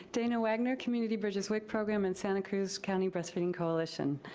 dana wagner, community bridges wic program in santa cruz county breastfeeding coalition,